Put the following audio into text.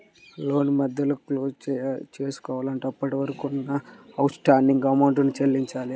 లోను మధ్యలోనే క్లోజ్ చేసుకోవాలంటే అప్పటివరకు ఉన్న అవుట్ స్టాండింగ్ అమౌంట్ ని చెల్లించాలి